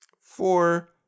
Four